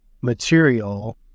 material